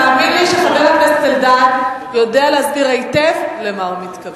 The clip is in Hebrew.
תאמין לי שחבר הכנסת אלדד יודע להסביר היטב למה הוא מתכוון.